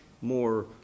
more